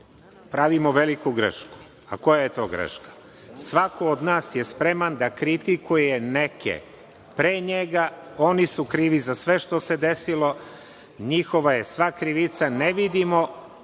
pravimo veliku grešku. Koja je to greška? Svako od nas je spreman da kritikuje neke pre njega, oni su krivi za sve što se desilo, njihova je sva krivica. Ne vidimo